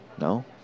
No